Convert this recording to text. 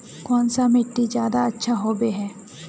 कौन सा मिट्टी ज्यादा अच्छा होबे है?